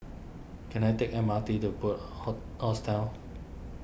can I take M R T to Bunc Hostel